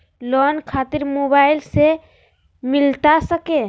Loan खातिर mobile से मिलता सके?